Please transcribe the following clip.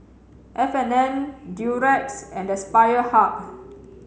F and N Durex and Aspire Hub